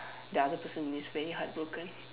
the other person is very heartbroken